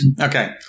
Okay